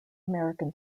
american